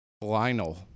Lionel